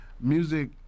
music